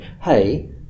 hey